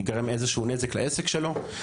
יגרם איזשהו נזק לעסק שלהם.